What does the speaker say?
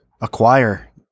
Acquire